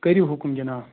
کٔرِو حُکُم جِناب